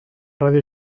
ràdio